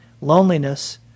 loneliness